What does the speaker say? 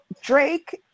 Drake